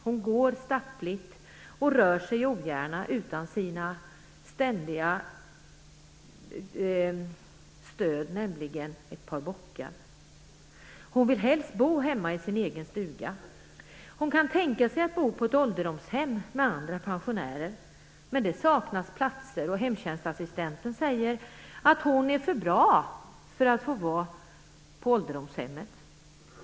Hon går stappligt och rör sig ogärna utan sina ständiga stöd, nämligen ett par bockar. Hon vill helst bo hemma i sin egen stuga. Hon kan tänka sig att bo på ett ålderdomshem med andra pensionärer, men det saknas platser, och hemtjänstassistenten säger att hon är för bra för att få vara på ålderdomshemmet.